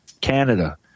Canada